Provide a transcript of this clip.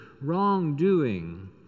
wrongdoing